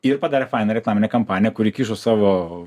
ir padarė fainą reklaminę kampaniją kuri kišo savo